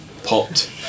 popped